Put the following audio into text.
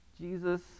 Jesus